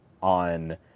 on